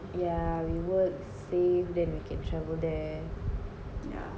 yeah we work save then we can travel there